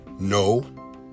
No